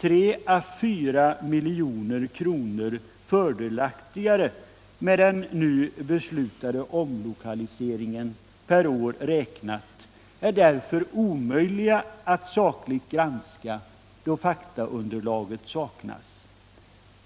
3-4 milj.kr. fördelaktigare med den beslutade omlokaliseringen, per år räknat, är därför omöjliga att sakligt granska, då faktaunderlaget saknas.